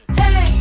hey